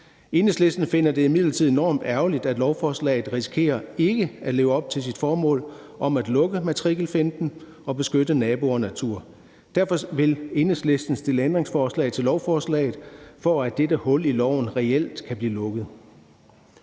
Enhedslisten finder det imidlertid enormt ærgerligt, at lovforslaget risikerer ikke at leve op til sit formål om at lukke matrikelfinten og beskytte naboer og natur. Derfor vil Enhedslisten stille ændringsforslag til lovforslaget, for at dette hul i loven reelt kan blive lukket.